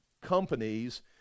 companies